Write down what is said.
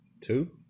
two